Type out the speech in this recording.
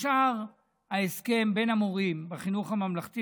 אושר ההסכם בין המורים בחינוך הממלכתי